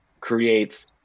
creates